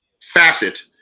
facet